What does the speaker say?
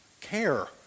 care